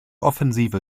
offensive